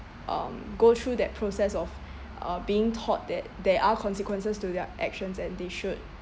um go through that process of uh being taught that there are consequences to their actions and they should